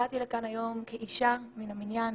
באתי לכאן היום כאישה מן המניין